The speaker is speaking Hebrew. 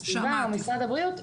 או משרד הבריאות,